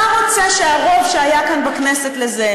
אתה רוצה שהרוב שהיה כאן בכנסת לזה,